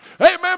Amen